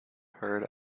heard